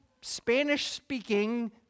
Spanish-speaking